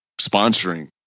sponsoring